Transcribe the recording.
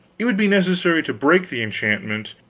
it would be necessary to break the enchantment,